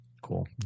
Cool